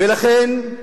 ולכן,